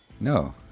No